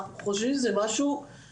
אנחנו חושבים שזה חמור.